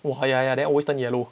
oh ya ya ya then always turn yellow